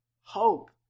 hope